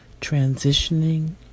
transitioning